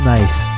Nice